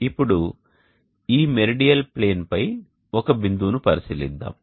ఇప్పుడు ఈ మెరిడియల్ ప్లేన్పై ఒక బిందువును పరిశీలిద్దాం